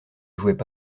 jouaient